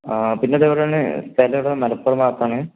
ആ പിന്നെ ഇത് എവിടെയാണ് സ്ഥലം എവിടെയാണ് ഇത് മലപ്പുറം ഭഗത്താണ്